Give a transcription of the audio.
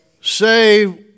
save